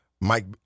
Mike